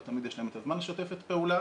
לא תמיד יש להם את הזמן לשתף פעולה